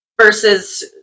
versus